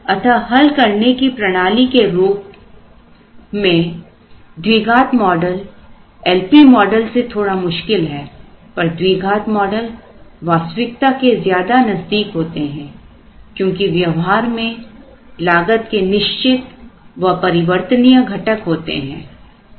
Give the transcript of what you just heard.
अतः हल करने की प्रणाली के रूप में द्विघात मॉडल एलपी मॉडल से थोड़ा मुश्किल है पर द्विघात मॉडल वास्तविकता के ज्यादा नजदीक होते हैं क्योंकि व्यवहार में लागत के निश्चित व परिवर्तनीय घटक होते हैं